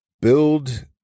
build